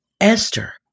Esther